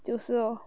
就是 oh